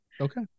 Okay